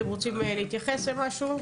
אתם רוצים להתייחס למשהו?